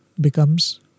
becomes